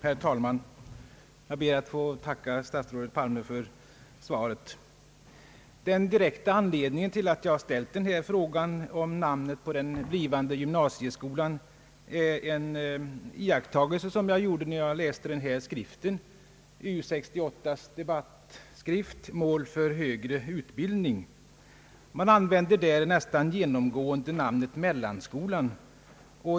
Herr talman! Jag ber att få tacka statsrådet Palme för svaret. Den direkta anledningen till att jag ställt den här frågan om namnet på den blivande gymnasieskolan är en iakttagelse som jag gjorde då jag läste U 68:s debattskrift Mål för högre utbildning. Man använder där nästan genomgående namnet mellanskolan.